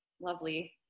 lovely